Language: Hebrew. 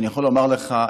אני יכול לומר לך,